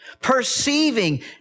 perceiving